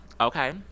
Okay